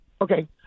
Okay